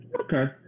Okay